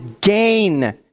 gain